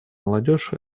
молодежь